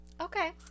Okay